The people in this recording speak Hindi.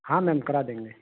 हाँ मैम करा देंगे